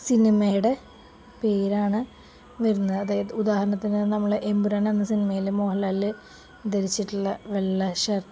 സിനിമയുടെ പേരാണ് വരുന്നത് അതായത് ഉദാഹരണത്തിന് നമ്മുടെ എമ്പുരാൻ എന്ന സിനിമയില് മോഹന്ലാല് ധരിച്ചിട്ടുള്ള വെള്ള ഷര്ട്ട്